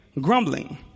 grumbling